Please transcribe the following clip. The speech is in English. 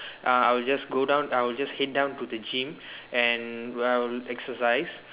err I will just go down I will just head down to the gym and I'll exercise